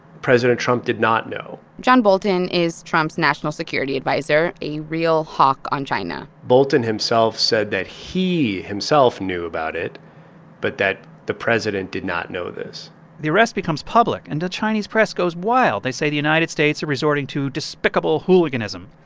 president trump did not know john bolton is trump's national security adviser, a real hawk on china bolton himself said that he himself knew about it but that the president did not know this the arrest becomes public, and the chinese press goes wild. they say the united states are resorting to despicable hooliganism.